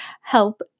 help